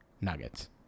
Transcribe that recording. Nuggets